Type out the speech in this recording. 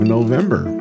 November